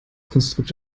konstrukt